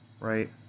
right